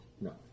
No